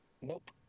Nope